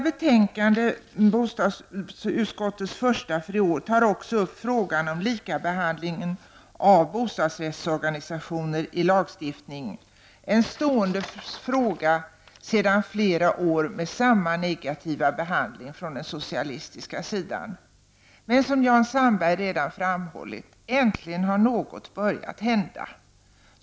Bostadsutskottets betänkande nr 1 tar också upp frågan om likabehandling av bostadsrättsorganisationer i lagstiftningen -- en stående fråga sedan flera år, som fått samma negativa behandling från den socialistiska sidan. Äntligen har dock, som Jan Sandberg nämnde, något börjat hända.